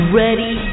ready